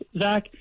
Zach